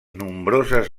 nombroses